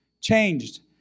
Changed